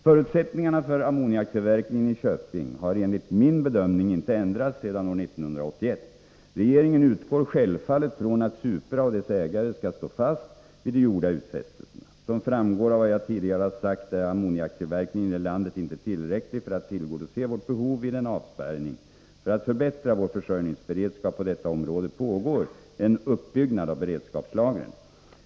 Förutsättningarna för ammoniaktillverkningen i Köping har enligt min bedömning inte ändrats sedan år 1981. Regeringen utgår självfallet från att Supra och dess ägare skall stå fast vid de gjorda utfästelserna. Som framgår av vad jag tidigare har sagt är ammoniaktillverkningen i landet inte tillräcklig för att tillgodose vårt behov vid en avspärrning. För att förbättra vår försörjningsberedskap på detta område pågår en uppbyggnad av beredskapslagren.